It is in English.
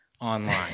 online